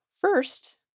First